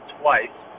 twice